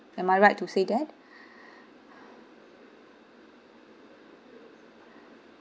am I right to say that